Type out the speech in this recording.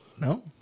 No